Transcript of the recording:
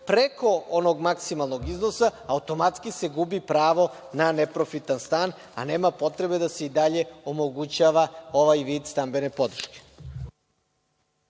preko onog maksimalnog iznosa, automatski gubi pravo na neprofitan stan, a nema potrebe da se i dalje omogućava ovaj vid stambene podrške.